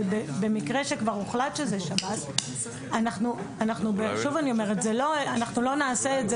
אבל במקרה שכבר הוחלט שזה שב"ס אנחנו לא נעשה את זה.